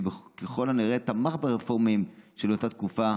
שככל הנראה תמך ברפורמים של אותה תקופה,